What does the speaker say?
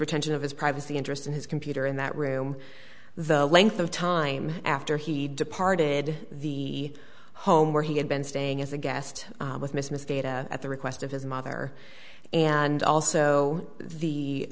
returns of his privacy interest in his computer in that room the length of time after he departed the home where he had been staying as a guest with miss miss data at the request of his mother and also the